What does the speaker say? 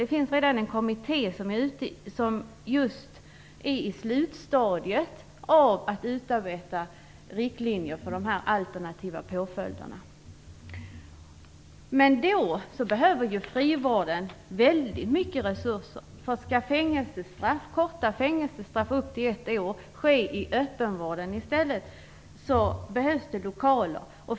Det finns redan en kommitté som är i slutstadiet av att utarbeta riktlinjer för de alternativa påföljderna. Frivården kommer att behöva väldigt mycket resurser. Om korta fängelsestraff på upp till ett år avtjänas i öppenvården i stället behövs lokaler.